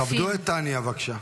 כבדו את טטיאנה, בבקשה.